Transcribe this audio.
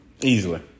easily